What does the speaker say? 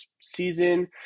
season